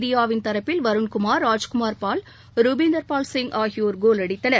இந்தியாவின் தரப்பில் வருண்குமார் ராஜ்குமார் பால் ருபீந்தர்பால் சிங் ஆகியோர் கோல் அடித்தனர்